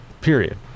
Period